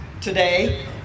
today